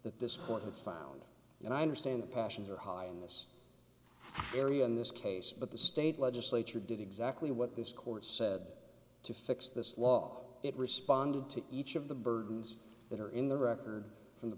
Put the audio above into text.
had found and i understand the passions are high in this area in this case but the state legislature did exactly what this court said to fix this law it responded to each of the burdens that are in the record from the